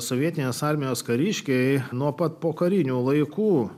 sovietinės armijos kariškiai nuo pat pokarinių laikų